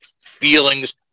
feelings